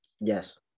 Yes